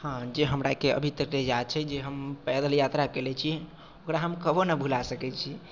हँ जे हमराके अभी तक जे याद छै जे हम पैदल यात्रा कयले छी ओकरा हम कभो न भुला सकैत छी